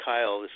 Kyle